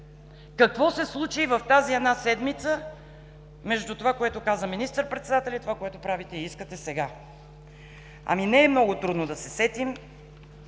Какво се случи в тази една седмица между това, което каза министър-председателят и това, което правите и искате сега?! Ами, не е много трудно да се сетим,